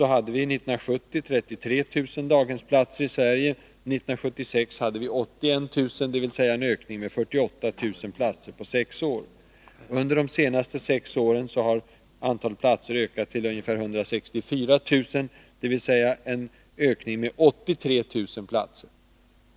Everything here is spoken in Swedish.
År 1970 hade vi 33 000 daghemsplatser i Sverige. År 1976 hade vi 81 000. Det är en ökning med 48 000 platser på sex år. Under de senaste sex åren har antalet platser ökat till ungefär 164 000. Det ären ökning med 83 000 platser.